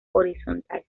horizontal